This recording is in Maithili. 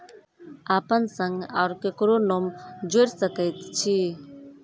अपन संग आर ककरो नाम जोयर सकैत छी?